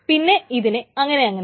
പിന്നെ ഇതിനെ അങ്ങനെയങ്ങനെ